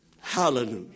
Hallelujah